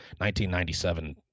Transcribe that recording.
1997